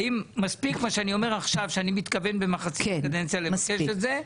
האם מספיק מה שאני אומר עכשיו שאני מתכוון במחצית קדנציה לממש את זה?